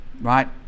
Right